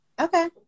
okay